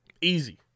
Easy